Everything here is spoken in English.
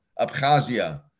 Abkhazia